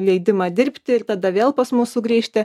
leidimą dirbti ir tada vėl pas mus sugrįžti